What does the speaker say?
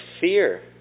fear